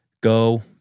go